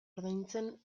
ordaintzen